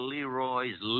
Leroy's